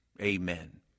Amen